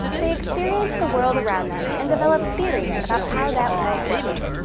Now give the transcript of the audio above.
they experience the world around them and develop theories about how that world works.